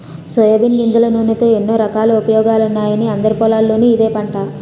soybean గింజల నూనెతో ఎన్నో రకాల ఉపయోగాలున్నాయని అందరి పొలాల్లోనూ ఇదే పంట